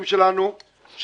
אני חושב,